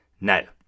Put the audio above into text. Now